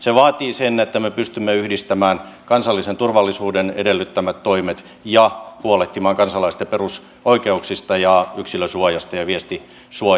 se vaatii sen että me pystymme yhdistämään kansallisen turvallisuuden edellyttämät toimet ja huolehtimaan kansalaisten perusoikeuksista yksilön suojasta ja viestisuojasta